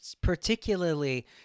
particularly